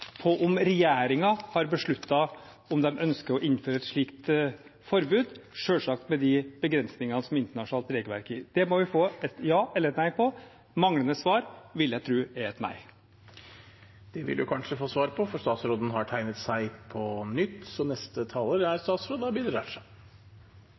på om regjeringen har besluttet om de ønsker å innføre et slikt forbud, selvsagt med de begrensninger som internasjonalt regelverk gir. Det må vi få et ja eller et nei på. Manglende svar vil jeg tro er et nei. Det vil vi kanskje få svar på, for statsråden har tegnet seg på nytt. Jeg legger ikke skjul på at John Stuart Mill er